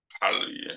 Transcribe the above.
Hallelujah